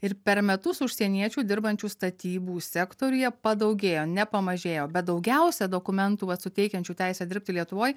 ir per metus užsieniečių dirbančių statybų sektoriuje padaugėjo nepamažėjo bet daugiausia dokumentų suteikiančių teisę dirbti lietuvoj